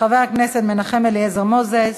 חבר הכנסת מנחם אליעזר מוזס,